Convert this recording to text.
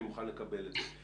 אני מוכן לקבל את זה.